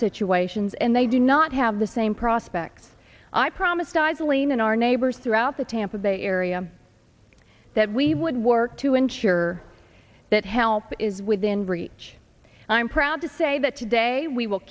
situations and they do not have the same prospects i promised i'd lean on our neighbors throughout the tampa bay area that we would work to ensure that help is within reach and i'm proud to say that today we will